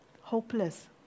hopeless